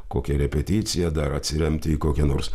kokią repeticiją dar atsiremti į kokią nors